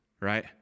right